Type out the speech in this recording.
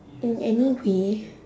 in any way